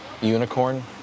unicorn